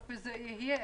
איפה זה יהיה.